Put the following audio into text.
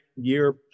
year